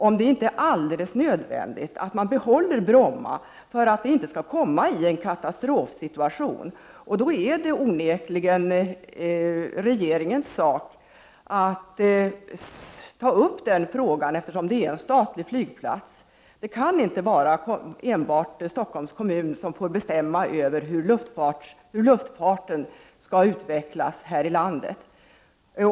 Är det inte alldeles nödvändigt att behålla Bromma flygplats för att vi inte skall hamna i en katastrofsituation? I så fall är det onekligen regeringens uppgift att ta upp den frågan, eftersom det är en statlig flygplats. Det kan inte vara enbart Stockholms kommun som skall få bestämma hur luftfarten skall utvecklas här i landet.